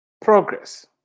progress